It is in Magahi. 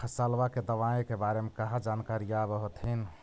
फसलबा के दबायें के बारे मे कहा जानकारीया आब होतीन?